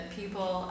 people